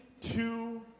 two